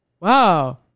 Wow